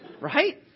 Right